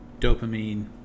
dopamine